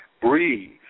breathe